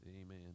Amen